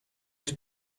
his